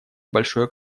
большое